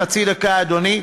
חצי דקה, אדוני.